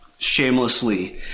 shamelessly